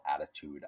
attitude